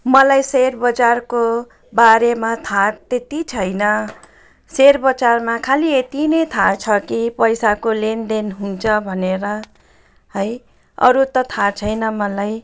मलाई शेयर बजारको बारेमा थाहा त्यत्ति छैन शेयर बजारमा खालि यत्ति नै थाहा छ कि पैसाको लेनदेन हुन्छ भनेर है अरू त थाहा छैन मलाई